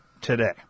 today